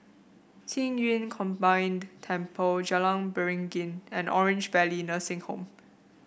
Qing Yun Combined Temple Jalan Beringin and Orange Valley Nursing Home